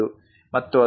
ಮತ್ತು 19